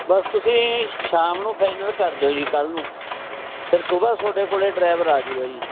ਬਸ ਤੁਸੀਂ ਸ਼ਾਮ ਨੂੰ ਫਾਈਨਲ ਕਰ ਦਿਓ ਜੀ ਕੱਲ੍ਹ ਨੂੰ ਫਿਰ ਸੁਬਾਹ ਤੁਹਾਡੇ ਕੋਲ ਡਰਾਈਵਰ ਆ ਜੂਗਾ ਜੀ